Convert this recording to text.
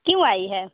क्यों आई है